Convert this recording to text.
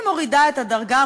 היא מורידה את הדרגה,